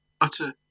utter